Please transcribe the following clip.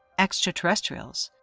extraterrestrials,